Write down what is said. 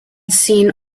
seen